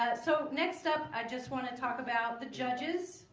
so next up i just want to talk about the judges.